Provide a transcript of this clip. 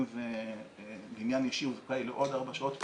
זה עניין אישי הוא זכאי לעוד ארבע שעות פטור,